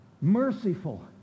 merciful